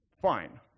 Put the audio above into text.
Fine